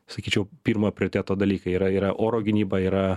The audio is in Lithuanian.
sakyčiau pirmojo prioriteto dalykai yra yra oro gynyba yra